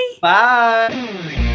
bye